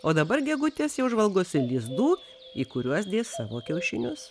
o dabar gegutės jau žvalgosi lizdų į kuriuos dės savo kiaušinius